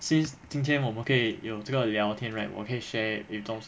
since 今天我们可以有这个聊天 right 我可以 share with those